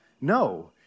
No